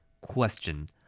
Question